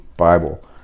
Bible